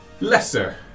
lesser